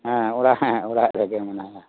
ᱦᱮᱸ ᱚᱲᱟᱜ ᱨᱮᱜᱮ ᱢᱮᱱᱟᱭᱟ